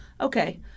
okay